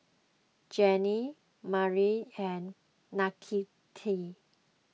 Jenny Marlen and Nakita